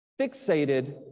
fixated